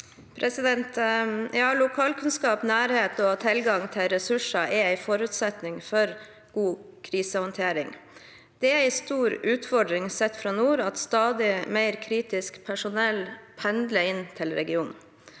Lokal- kunnskap, nærhet og tilgang til ressurser er en forutsetning for god krisehåndtering. Det er en stor utfordring sett fra nord at stadig mer kritisk personell pendler inn til regionen